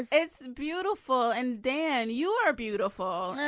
it's beautiful. and dan you are beautiful.